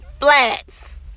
flats